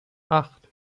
acht